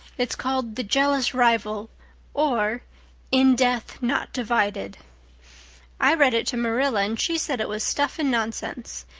it's called the jealous rival or in death not divided i read it to marilla and she said it was stuff and nonsense.